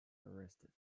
arrested